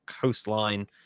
coastline